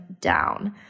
down